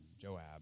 Joab